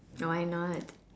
why not